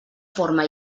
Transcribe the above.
forma